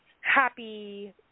happy